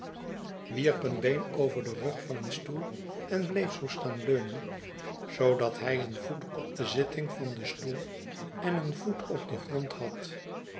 over den rug van een stoel en bleef zoo staan leunen zoodat hij een voet op de zitting van den stoel en een voet op den grond had